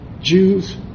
Jews